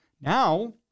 Now